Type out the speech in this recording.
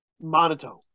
monotone